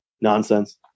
nonsense